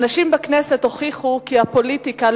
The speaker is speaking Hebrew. הנשים בכנסת הוכיחו כי הפוליטיקה,